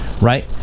right